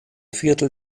viertel